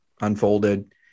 unfolded